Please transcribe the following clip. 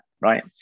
right